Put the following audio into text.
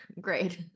Great